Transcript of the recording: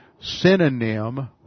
synonym